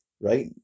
right